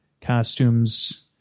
costumes